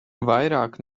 vairāk